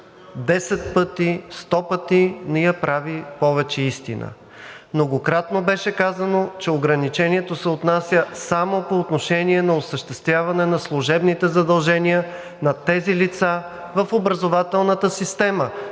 десет пъти, сто пъти не я прави повече истина. Многократно беше казано, че ограничението се отнася само по отношение на осъществяване на служебните задължения на тези лица в образователната система.